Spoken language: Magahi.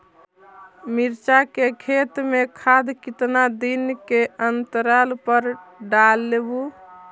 मिरचा के खेत मे खाद कितना दीन के अनतराल पर डालेबु?